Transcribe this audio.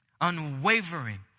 unwavering